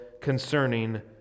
concerning